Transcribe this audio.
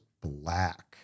black